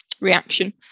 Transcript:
reaction